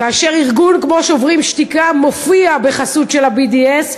כאשר ארגון כמו "שוברים שתיקה" מופיע בחסות של ה-BDS,